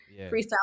freestyle